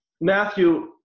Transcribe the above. Matthew